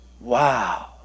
Wow